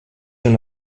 una